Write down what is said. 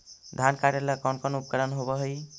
धान काटेला कौन कौन उपकरण होव हइ?